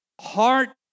heart